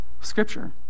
Scripture